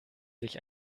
sich